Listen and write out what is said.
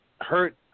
hurt